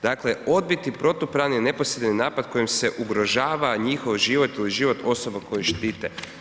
Dakle, odbiti protupravni neposredni napad kojim se ugrožava njihov život ili život osoba koje štite.